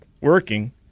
working